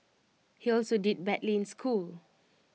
he also did badly in school